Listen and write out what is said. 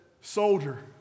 Soldier